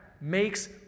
makes